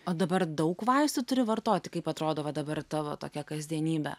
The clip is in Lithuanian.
o dabar daug vaistų turi vartoti kaip atrodo va dabar tavo tokia kasdienybe